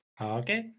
Okay